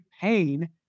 pain